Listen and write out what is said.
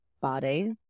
body